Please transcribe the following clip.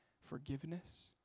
forgiveness